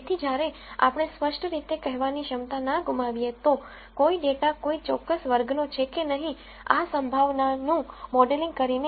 તેથી જ્યારે આપણે સ્પષ્ટ રીતે કહેવાની ક્ષમતા ના ગુમાવીએ તો કોઈ ડેટા કોઈ ચોક્કસ વર્ગનો છે કે નહીં આ સંભાવનાનું મોડેલિંગ કરીને